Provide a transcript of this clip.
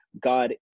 God